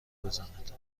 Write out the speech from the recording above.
بزند